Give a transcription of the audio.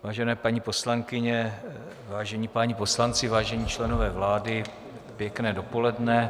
Vážené paní poslankyně, vážení páni poslanci, vážení členové vlády, pěkné dopoledne.